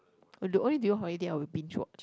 only during holiday I will binge watch